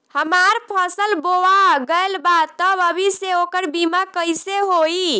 हमार फसल बोवा गएल बा तब अभी से ओकर बीमा कइसे होई?